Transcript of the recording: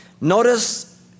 Notice